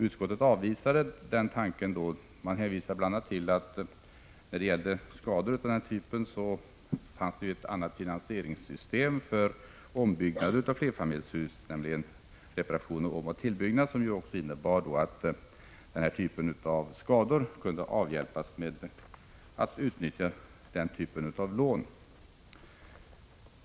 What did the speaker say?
Utskottet avvisade emellertid den tanken då, bl.a. med hänvisning till att det fanns ett annat finansieringssystem för ombyggnad av flerfamiljshus. Skador av den här aktuella typen skulle kunna avhjälpas genom utnyttjande av lån inom programmet för reparation, omoch tillbyggnad.